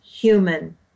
human